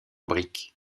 briques